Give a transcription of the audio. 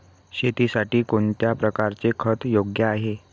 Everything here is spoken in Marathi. शेतीसाठी कोणत्या प्रकारचे खत योग्य आहे?